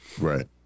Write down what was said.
Right